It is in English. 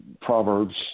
Proverbs